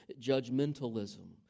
judgmentalism